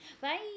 bye